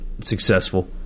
successful